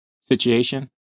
situation